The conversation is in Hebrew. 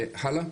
הלאה.